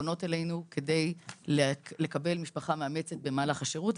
פונות אלינו כדי לקבל משפחה מאמצת למהלך השירות,